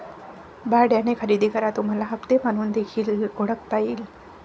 भाड्याने खरेदी करा तुम्हाला हप्ते म्हणून देखील ओळखता येईल